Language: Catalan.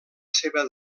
seva